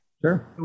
sure